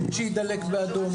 שיידלק אור אדום או משהו.